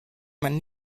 man